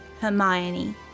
hermione